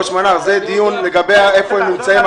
ראש מנה"ר, זה לא דיון על איפה הם נמצאים.